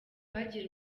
rwagiye